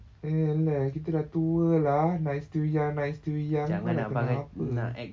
yaeleh kita dah tua lah night still young night still young kau dah kenapa